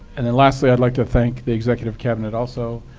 and then, lastly, i'd like to thank the executive cabinet also.